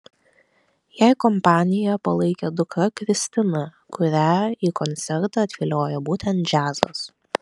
jai kompaniją palaikė dukra kristina kurią į koncertą atviliojo būtent džiazas